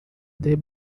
they